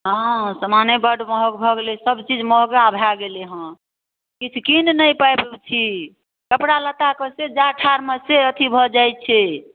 हँ समाने बड़ महग भऽ गेलै जे सबचीज महगा भऽ गेलै हँ किछु कीनि नहि पाबि रहल छी कपड़ालत्ताके से जाड़ ठाड़मे से अथी भऽ जाइ छै